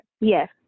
Yes